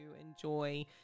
enjoy